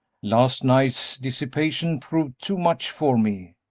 last night's dissipation proved too much for me,